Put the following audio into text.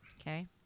okay